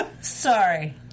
sorry